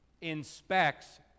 inspects